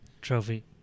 trophy